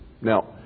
Now